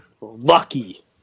Lucky